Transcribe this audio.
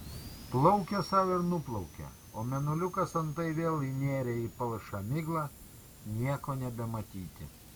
plaukė sau ir nuplaukė o mėnuliukas antai vėl įnėrė į palšą miglą nieko nebematyti